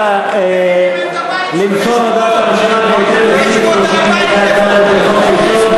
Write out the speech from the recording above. הוא רק יספר איפה הוא גר ומי מימן את הבית שלו.